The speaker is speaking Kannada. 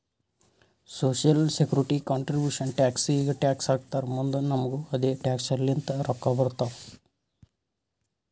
ಸೋಶಿಯಲ್ ಸೆಕ್ಯೂರಿಟಿ ಕಂಟ್ರಿಬ್ಯೂಷನ್ ಟ್ಯಾಕ್ಸ್ ಈಗ ಟ್ಯಾಕ್ಸ್ ಹಾಕ್ತಾರ್ ಮುಂದ್ ನಮುಗು ಅದೆ ಟ್ಯಾಕ್ಸ್ ಲಿಂತ ರೊಕ್ಕಾ ಬರ್ತಾವ್